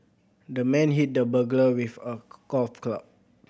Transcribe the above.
the man hit the burglar with a golf club